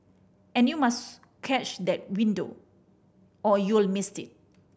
and you must catch that window or you'll miss it